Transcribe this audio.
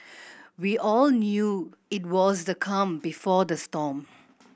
we all knew it was the calm before the storm